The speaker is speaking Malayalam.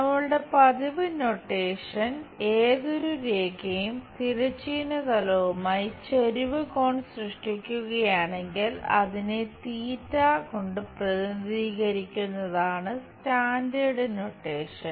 നമ്മളുടെ പതിവ് നൊട്ടേഷൻ ഏതൊരു രേഖയും തിരശ്ചീന തലവുമായി ചെരിവ് കോൺ സൃഷ്ടിക്കുകയാണെങ്കിൽ അതിനെ തീറ്റ Theta θ കൊണ്ട് പ്രതിനിധീകരിക്കുന്നതാണ് സ്റ്റാൻഡേർഡ് നൊട്ടേഷൻ